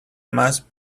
must